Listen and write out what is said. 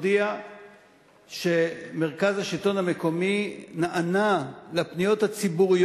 הודיע שמרכז השלטון המקומי נענה לפניות הציבור,